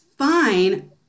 fine